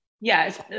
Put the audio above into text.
Yes